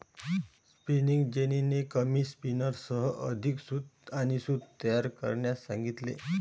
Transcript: spinning जेनीने कमी स्पिनर्ससह अधिक सूत आणि सूत तयार करण्यास सांगितले